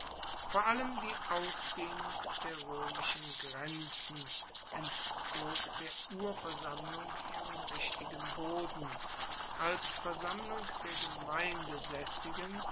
vor allem die ausdehnung der roemischen grenzen entzog der urversammlung ihren richtigen boden als versammlung der